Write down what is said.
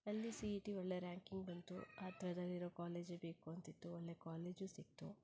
ಅಲ್ಲಿ C E T ಒಳ್ಳೆಯ ranking ಬಂತು ಹತ್ರದಲ್ಲಿರೋ ಕಾಲೇಜೇ ಬೇಕು ಅಂತಿತ್ತು ಒಳ್ಳೆಯ ಕಾಲೇಜು ಸಿಕ್ತು